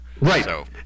Right